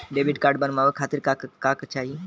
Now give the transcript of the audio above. Debit card बनवावे खातिर का का चाही?